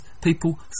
people